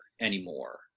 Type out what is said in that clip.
anymore